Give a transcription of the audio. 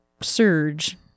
surge